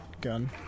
gun